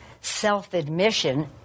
self-admission